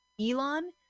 Elon